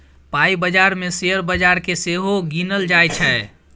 पाइ बजार मे शेयर बजार केँ सेहो गिनल जाइ छै